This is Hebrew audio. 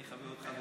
אני מחבב אותך,